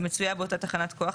המצויה באותה תחנת כוח,